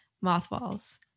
mothballs